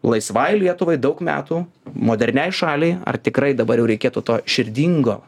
laisvai lietuvai daug metų moderniai šaliai ar tikrai dabar jau reikėtų to širdingo